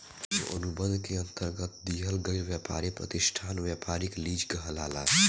एगो अनुबंध के अंतरगत दिहल गईल ब्यपारी प्रतिष्ठान ब्यपारिक लीज कहलाला